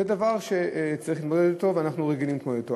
זה דבר שצריך להתמודד אתו ואנחנו רגילים להתמודד אתו.